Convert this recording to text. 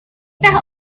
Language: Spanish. estas